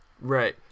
Right